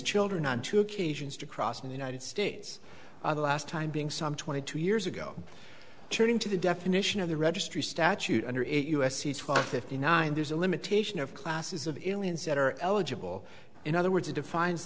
children on two occasions to cross in the united states the last time being some twenty two years ago turning to the definition of the registry statute under eight u s c twelve fifty nine there's a limitation of classes of illions that are eligible in other words it defines